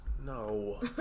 No